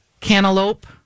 Cantaloupe